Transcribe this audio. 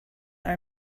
are